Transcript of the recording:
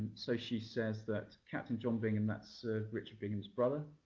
so she says that captain john bingham that's ah richard bingham's brother